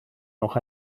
noch